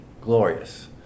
glorious